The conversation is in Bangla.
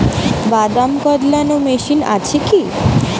বাদাম কদলানো মেশিন আছেকি?